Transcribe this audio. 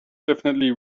definitely